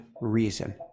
reason